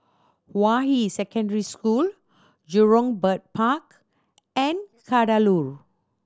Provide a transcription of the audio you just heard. Hua Yi Secondary School Jurong Bird Park and Kadaloor